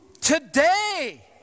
Today